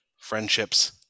friendships